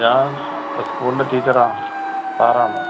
ഞാൻ സ്കൂൾലെ ടീച്ചറാ സാറാണ്